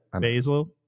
Basil